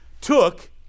took